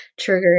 triggering